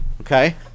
Okay